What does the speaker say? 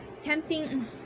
tempting